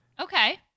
Okay